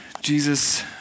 Jesus